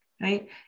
right